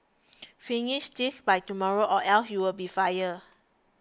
finish this by tomorrow or else you'll be fired